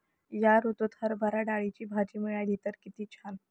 या ऋतूत हरभरा डाळीची भजी मिळाली तर कित्ती छान